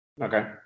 Okay